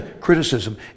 criticism